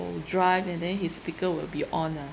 drive and then his speaker will be on ah